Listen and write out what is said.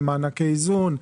מענקי איזון,